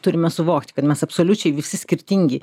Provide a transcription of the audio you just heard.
turime suvokti kad mes absoliučiai visi skirtingi